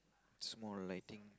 small lightning